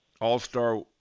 all-star